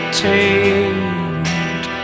tamed